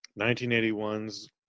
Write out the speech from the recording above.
1981's